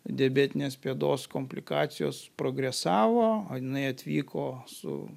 diabetinės pėdos komplikacijos progresavo o jinai atvyko su